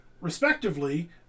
respectively